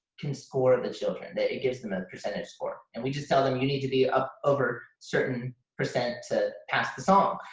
can score the children. and it gives them a percentage score. and we just tell them, you need to be up over certain percent to pass the song.